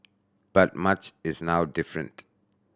but much is now different